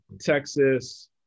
Texas